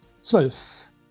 zwölf